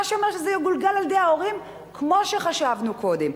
מה שאומר שזה יגולגל על ההורים כמו שחשבנו קודם.